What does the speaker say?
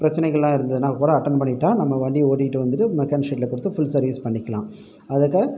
பிரச்சனைகள்லாம் இருந்ததுன்னா கூட அட்டன் பண்ணிட்டால் நம்ம வண்டியை ஓட்டிட்டு வந்துட்டு மெக்கானிக் ஷெட்டில் கொடுத்து ஃபுல் சர்விஸ் பண்ணிக்கிலாம் அதுக்கு